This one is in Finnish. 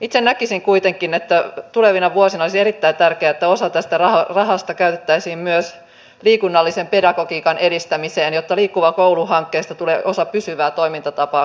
itse näkisin kuitenkin että tulevina vuosina olisi erittäin tärkeää että osa tästä rahasta käytettäisiin myös liikunnallisen pedagogiikan edistämiseen jotta liikkuva koulu hankkeesta tulee osa pysyvää toimintatapaa peruskouluissa